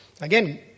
Again